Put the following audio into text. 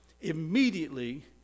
immediately